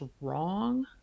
wrong